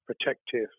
protective